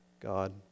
God